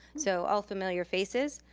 so all familiar faces.